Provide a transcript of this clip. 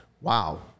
wow